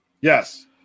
Yes